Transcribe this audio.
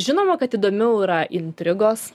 žinoma kad įdomiau yra intrigos